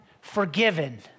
forgiven